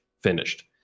finished